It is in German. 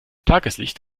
tageslicht